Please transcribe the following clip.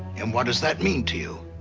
and what does that mean to you?